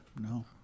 No